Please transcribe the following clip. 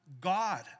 God